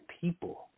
people